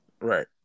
Right